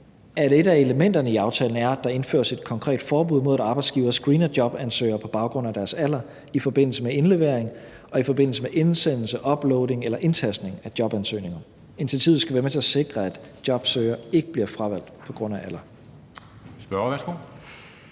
at et af elementerne i aftalen er, at der indføres et konkret forbud mod, at arbejdsgivere screener jobansøgere på baggrund af deres alder i forbindelse med indlevering, indsendelse, uploading eller indtastning af jobansøgninger. Initiativet skal være med til at sikre, at jobansøgere ikke bliver fravalgt på grund af alder.